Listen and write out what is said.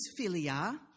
Philia